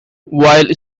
while